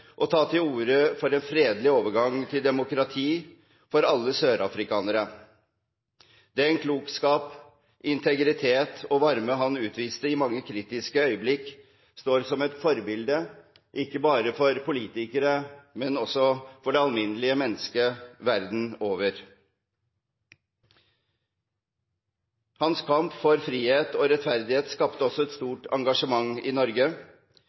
og ta til orde for en fredelig overgang til demokrati for alle sørafrikanere. Den klokskap, integritet og varme han utviste i mange kritiske øyeblikk, står som et forbilde, ikke bare for politikere, men også for det alminnelige menneske verden over. Hans kamp for frihet og rettferdighet skapte også et stort engasjement i Norge.